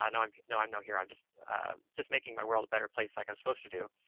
and i'm no, i'm no hero. i'm just just making my world a better place like i'm supposed to do.